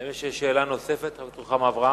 האם יש שאלה נוספת, חברת הכנסת רוחמה אברהם?